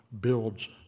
builds